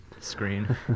screen